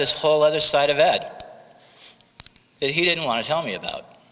this whole other side of ed that he didn't want to tell me about